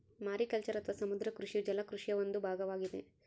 mariculture ಅಥವಾ ಸಮುದ್ರ ಕೃಷಿಯು ಜಲ ಕೃಷಿಯ ಒಂದು ಭಾಗವಾಗಿದೆ